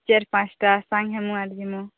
ଚାରି ପାଞ୍ଚଟା ସାଙ୍ଗ ହେବୁ ଆଉ ଜିବୁ